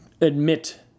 admit